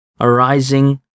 arising